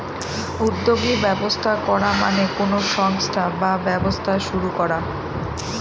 উদ্যোগী ব্যবস্থা করা মানে কোনো সংস্থা বা ব্যবসা শুরু করা